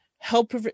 Help